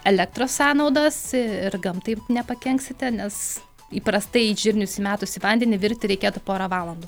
elektros sąnaudas ir gamtai nepakenksite nes įprastai žirnius įmetus į vandenį virti reikėtų porą valandų